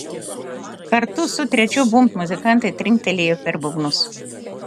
kartu su trečiu bumbt muzikantai trinktelėjo per būgnus